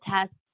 tests